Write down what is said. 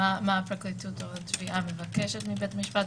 על מה הפרקליטות או המשטרה מבקשת מבית המשפט,